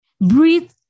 Breathe